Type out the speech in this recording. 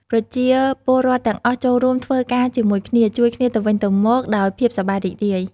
ប្រជាពលរដ្ឋទាំងអស់ចូលរួមធ្វើការជាមួយគ្នា ជួយគ្នាទៅវិញទៅមកដោយភាពសប្បាយរីករាយ។